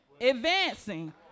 advancing